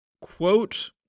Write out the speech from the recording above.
quote